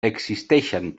existeixen